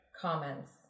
comments